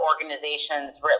organizations